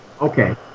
Okay